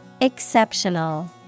Exceptional